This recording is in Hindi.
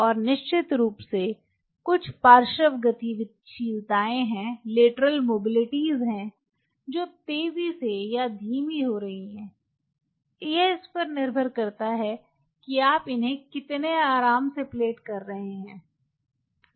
और निश्चित रूप से कुछ पार्श्व गतिशीलताएं हैं जो तेजी से या धीमी हो रही हैं यह इसपर निर्भर करता है कि आप इन्हे कितने आराम से प्लेट कर रहे है